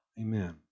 Amen